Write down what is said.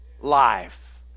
life